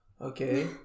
Okay